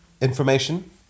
information